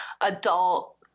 adult